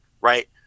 Right